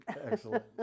Excellent